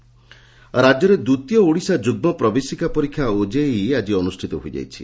ଓଜେଇ ପରୀକ୍ଷା ରାଜ୍ୟରେ ଦ୍ୱିତୀୟ ଓଡ଼ିଶା ଯୁଗ୍ଗ ପ୍ରବେଶିକା ପରୀକ୍ଷା ଓଜେଇଇ ଆଜି ଅନୁଷିତ ହୋଇଯାଇଛି